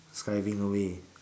skiving away